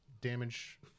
damage